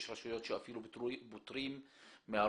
יש רשויות שאפילו פוטרים מארנונה,